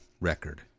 record